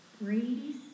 Brady